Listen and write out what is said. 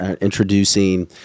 introducing